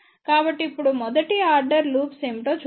కాబట్టి ఇప్పుడు మొదటి ఆర్డర్ లూప్స్ ఏమిటో చూద్దాం